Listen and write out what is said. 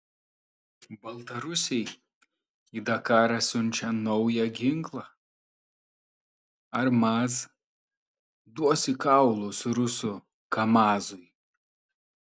baltarusiai į dakarą siunčia naują ginklą ar maz duos į kaulus rusų kamazui